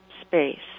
space